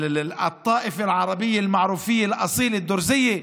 (אומר בערבית: העדה הדרוזית האצילית,)